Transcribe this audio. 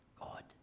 God